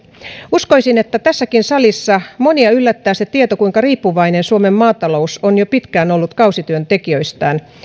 uskoisin että tässäkin salissa monia yllättää se tieto kuinka riippuvainen suomen maatalous on jo pitkään ollut kausityöntekijöistään